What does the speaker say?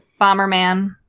Bomberman